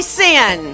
sin